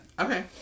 Okay